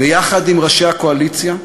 ויחד עם ראשי הקואליציה,